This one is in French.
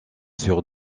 sur